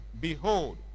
Behold